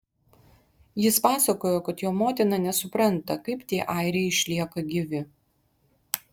jis pasakojo kad jo motina nesupranta kaip tie airiai išlieka gyvi